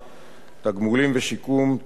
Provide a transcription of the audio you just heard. (תגמולים ושיקום) (תיקון מס'